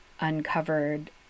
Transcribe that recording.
uncovered